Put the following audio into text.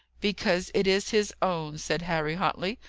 because it is his own, said harry huntley,